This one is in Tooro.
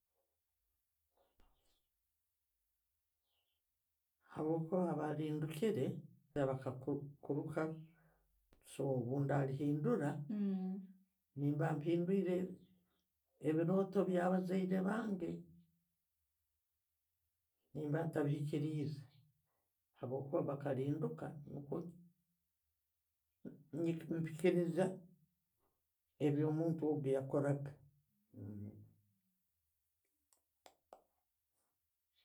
Habwokuba abarinduukiire baka, so bwendarihinduura, nimba mpindwiire ebiirooto byabazaire bange. Nimba ntabiikiriize habwokuba bakarinduuka nikwo mpikiriize ebyo'muntu ogwo byeyakoraga.